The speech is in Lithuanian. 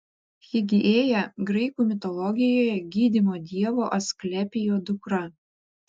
higiėja graikų mitologijoje gydymo dievo asklepijo dukra